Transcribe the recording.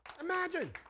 Imagine